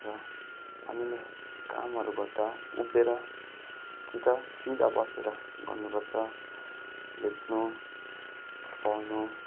र हामीले कामहरू गर्दा उभिएर कि त सिधा बसेर गर्नु पर्छ लेख्नु पढ्नु